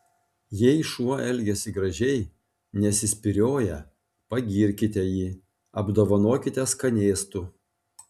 jei šuo elgiasi gražiai nesispyrioja pagirkite jį apdovanokite skanėstu